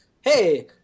hey